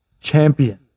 champion